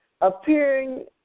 appearing